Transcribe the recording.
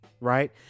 right